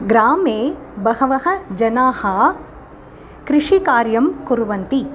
ग्रामे बहवः जनाः कृषिकार्यं कुर्वन्ति